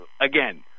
again